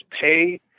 pay